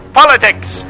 politics